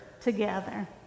together